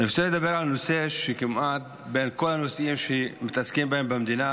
אני רוצה לדבר על נושא שבין כל הנושאים שמתעסקים בהם במדינה